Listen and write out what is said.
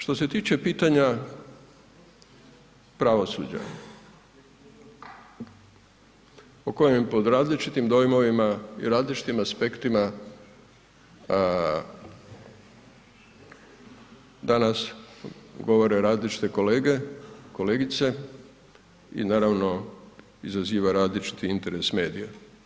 Što se tiče pitanja pravosuđa o kojem pod različitim dojmovima i različitim aspektima danas govore različite kolege, kolegice i naravno izaziva različiti interes medija.